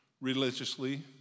religiously